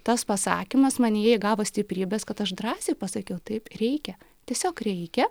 tas pasakymas manyje įgavo stiprybės kad aš drąsiai pasakiau taip reikia tiesiog reikia